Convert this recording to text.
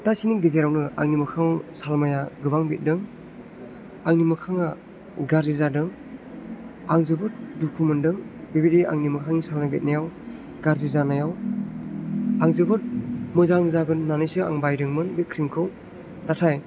सप्ताहसेनि गेजेरावनो आंनि मोखाङाव सालमायआ गोबां बेरदों आंनि मोखाङा गाज्रि जादों आं जोबोद दुखु मोनदों बेबायदि आंनि मोखांनि सालमाय बेरनायाव गाज्रि जानायाव आं जोबोद मोजां जागोन होननानैसो आं बायदोंमोन बे क्रिमखौ नाथाय